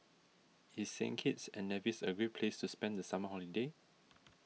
is Saint Kitts and Nevis a great place to spend the summer holiday